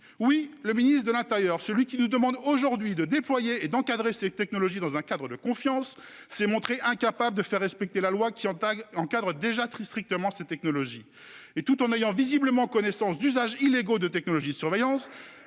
Oui, le ministre de l'intérieur, celui-là même qui nous demande aujourd'hui de déployer ces technologies dans un cadre de confiance, s'est montré incapable de faire respecter la loi qui les encadre déjà très strictement ! Tout en ayant visiblement connaissance d'usages illégaux de technologies de surveillance,